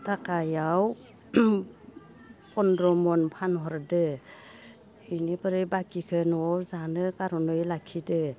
थाखायाव फन्द्र' मन फानहरदो इनिफ्राइ बाखिखो न'आव जानो खार'नै न'आव लाखिदो